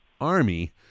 army